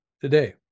today